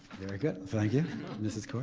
there i go thank you mrs. corr.